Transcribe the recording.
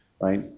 right